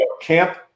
Camp